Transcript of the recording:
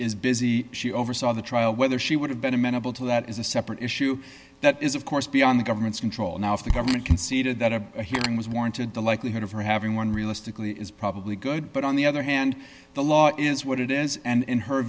is busy she oversaw the trial whether she would have been amenable to that is a separate issue that is of course beyond the government's control now if the government conceded that a hearing was warranted the likelihood of her having one realistically is probably good but on the other hand the law is what it is and in her